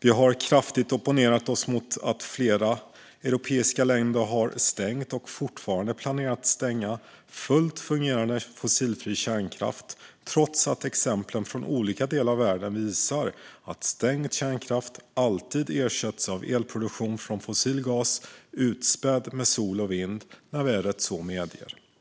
Vi har kraftigt opponerat oss mot att flera europeiska länder har stängt, och fortfarande planerar att stänga, fullt fungerande fossilfri kärnkraft trots att exemplen från olika delar av världen visar att stängd kärnkraft alltid ersätts av elproduktion från fossil gas, utspädd med sol och vind när vädret så medger.